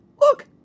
Look